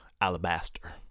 alabaster